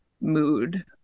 mood